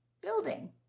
building